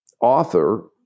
author